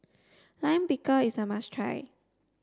Lime Pickle is a must try